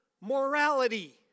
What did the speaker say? morality